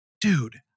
Dude